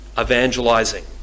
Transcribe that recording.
evangelizing